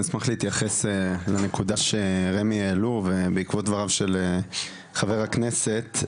אני אשמח להתייחס לנקודה שרמ"י העלו ובעקבות דבריו של חבר הכנסת.